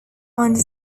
under